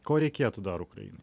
ko reikėtų dar ukrainai